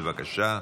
בבקשה.